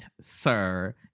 sir